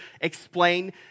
explain